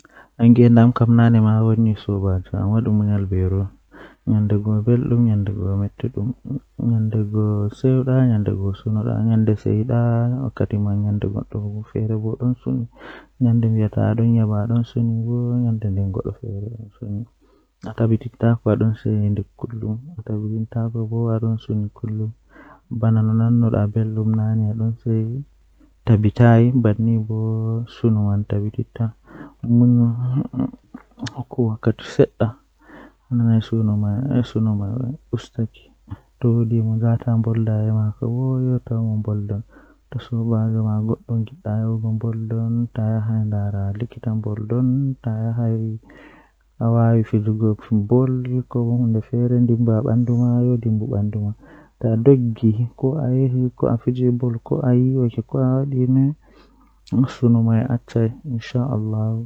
Ah ndikka ɓe tokka jangugo mathmatics Ko sabu ngoodi e ɗum, yimɓe foti waawi sosde ɗum, e tawti laawol e nder caɗeele. Mathematics nafa koo fiyaama e nder keewɗi, kadi ko ɗum hokkata noyiɗɗo e tareeji woppitaaki. Kono, waɗde mathematics no waawi njama ko moƴƴi faami, heɓugol firtiiɗo ngal hayɓe.